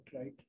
right